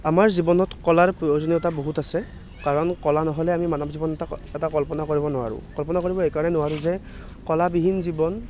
আমাৰ জীৱনত কলাৰ প্ৰয়োজনীয়তা বহুত আছে কাৰণ কলা নহ'লে আমি মানৱ জীৱন এটা কল্পনা কৰিব নোৱাৰোঁ কল্পনা কৰিব এইকাৰণেই নোৱাৰোঁ যে কলা বিহীন জীৱন